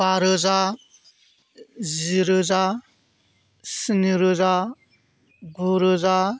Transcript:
बा रोजा जि रोजा स्नि रोजा गु रोजा